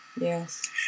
yes